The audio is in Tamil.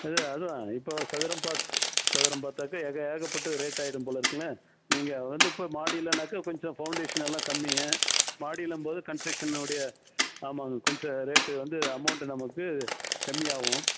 எது அதுதான் இப்போ சதுரம் பார்த்து சதுரம் பார்த்தாக்க ஏக ஏகப்பட்ட ரேட் ஆகிடும் போல இருக்குதுங்களே நீங்கள் வந்து இப்போ மாடிலனாக்கா கொஞ்சம் ஃபௌண்டேஷன் எல்லாம் கம்மிங்க மாடிலம் போது கன்ஸ்ட்ரக்ஷனோடைய ஆமாங்க கொஞ்சம் ரேட்டு வந்து அமௌண்டு நமக்கு கம்மியாகும்